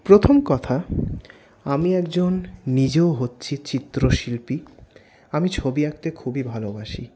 প্রথম কথা আমি একজন নিজেও হচ্ছি চিত্রশিল্পী আমি ছবি আঁকতে খুবই ভালোবাসি